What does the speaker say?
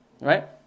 Right